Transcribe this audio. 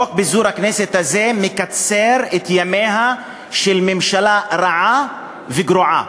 חוק פיזור הכנסת הזה מקצר את ימיה של ממשלה רעה וגרועה.